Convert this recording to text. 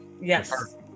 yes